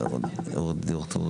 אודי